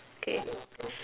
okay